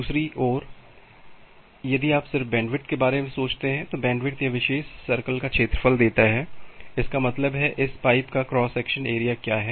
दूसरी ओर यदि आप सिर्फ बैंडविड्थ के बारे में सोचते हैं तो बैंडविड्थ यह विशेष सर्कल का क्षेत्रफल देता है इसका मतलब है इस पाइप का क्रॉस सेक्शन एरिया क्या है